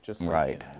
right